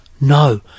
No